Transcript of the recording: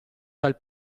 dal